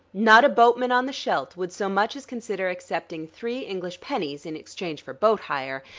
not a boatman on the scheldt would so much as consider accepting three english pennies in exchange for boat-hire.